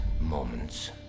moments